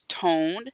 toned